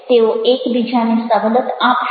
તેઓ એકબીજાને સવલત આપશે